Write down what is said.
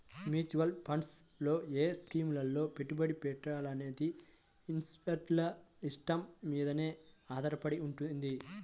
mutual funds లో ఏ స్కీముల్లో పెట్టుబడి పెట్టాలనేది ఇన్వెస్టర్ల ఇష్టం మీదనే ఆధారపడి వుంటది